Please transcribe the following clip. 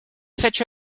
hecho